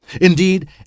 Indeed